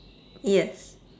yes